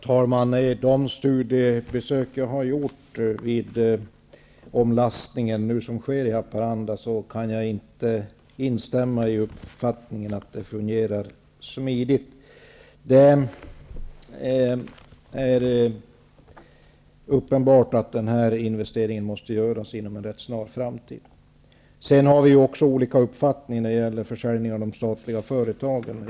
Herr talman! Efter de studiebesök som jag har gjort vid omlastningsstationen i Haparanda kan jag inte instämma i uppfattningen att det fungerar smidigt. Det är uppenbart att den här investeringen måste göras inom en rätt snar framtid. Vi har olika uppfattning också om utförsäljningen av statliga företag.